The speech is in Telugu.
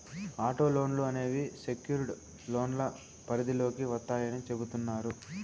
ఆటో లోన్లు అనేవి సెక్యుర్డ్ లోన్ల పరిధిలోకి వత్తాయని చెబుతున్నారు